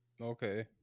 Okay